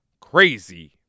crazy